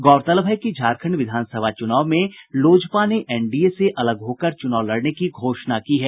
गौरतलब है कि झारखंड विधानसभा चुनाव में लोजपा ने एनडीए से अलग होकर चुनाव लड़ने की घोषणा की है